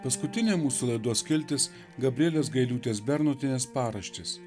paskutinė mūsų laidos skiltis gabrielės gailiūtės bernotienės paraštės